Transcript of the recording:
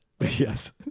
Yes